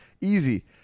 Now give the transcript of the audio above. Easy